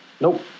Nope